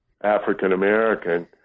African-American